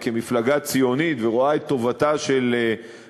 כמפלגה ציונית ורואה את טובתה של